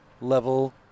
level